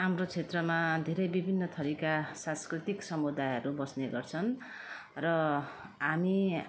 हाम्रो क्षेत्रमा धेरै विभिन्न थरीका सांस्कृतिक समुदायहरू बस्ने गर्छन् र हामी